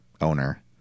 owner